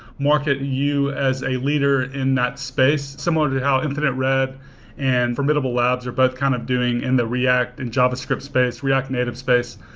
market you as a leader in that space, similar to how infinite red and formidable labs are both kind of doing in the react and javascript space, react native space.